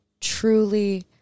truly